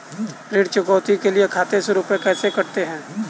ऋण चुकौती के लिए खाते से रुपये कैसे कटते हैं?